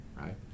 right